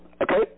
Okay